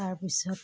তাৰপিছত